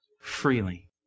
freely